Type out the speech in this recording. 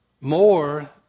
more